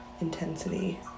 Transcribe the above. intensity